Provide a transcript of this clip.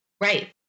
Right